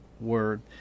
Word